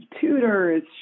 tutors